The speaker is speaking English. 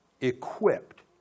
equipped